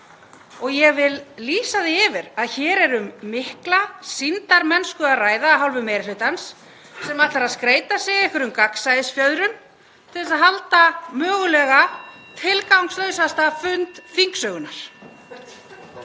Ég vil lýsa því yfir að hér er um mikla sýndarmennsku að ræða af hálfu meiri hlutans sem ætlar að skreyta sig einhverjum gagnsæisfjöðrum til að halda mögulega tilgangslausasta fund þingsögunnar.